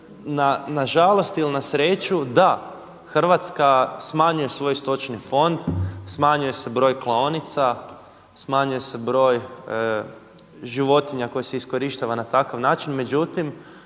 Nažalost ili na sreću, da, Hrvatska smanjuje svoj stočni fond, smanjuje se broj klaonica, smanjuje se broj životinja koje se iskorištava na takav način. Međutim,